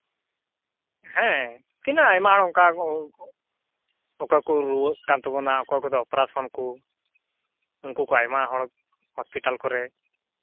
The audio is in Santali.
ᱦᱮᱸ ᱛᱤᱱᱟᱹᱜ ᱟᱭᱢᱟ ᱦᱚᱲ ᱚᱱᱠᱟ ᱠᱚ ᱚᱠᱚᱭ ᱠᱚ ᱨᱩᱣᱟᱹᱜ ᱠᱟᱱ ᱛᱟᱵᱳᱱᱟ ᱚᱠᱚᱭ ᱠᱚᱫᱚ ᱚᱯᱟᱨᱮᱥᱚᱱ ᱠᱚ ᱩᱱᱠᱩ ᱠᱚ ᱟᱭᱢᱟ ᱦᱚᱲ ᱦᱚᱥᱯᱤᱴᱟᱞ ᱠᱚᱨᱮ